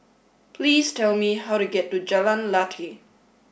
please tell me how to get to Jalan Lateh